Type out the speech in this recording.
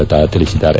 ಲತಾ ತಿಳಿಸಿದ್ದಾರೆ